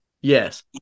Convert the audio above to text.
Yes